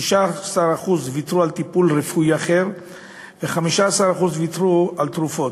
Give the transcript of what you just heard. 16% ויתרו על טיפול רפואי אחר ו-15% ויתרו על תרופות.